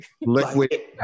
Liquid